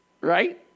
right